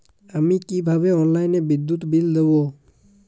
আমি কিভাবে অনলাইনে বিদ্যুৎ বিল দেবো?